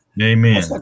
Amen